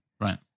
Right